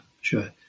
sure